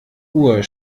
uhr